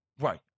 Right